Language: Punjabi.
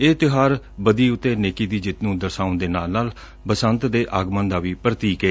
ਇਹ ਤਿਉਹਾਰ ਬਦੀ ਤੇ ਨੇਕੀ ਦੀ ਜਿੱਤ ਨੂੰ ਦਰਸਾਉਣ ਦੇ ਨਾਲ ਨਾਲ ਬਸੰਤ ਦੇ ਆਗਮਨ ਦਾ ਵੀ ਪੁਤੀਕ ਏ